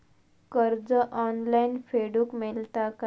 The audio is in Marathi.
कर्ज ऑनलाइन फेडूक मेलता काय?